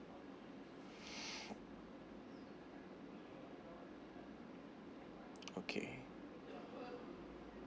okay